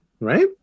right